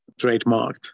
trademarked